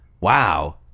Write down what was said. Wow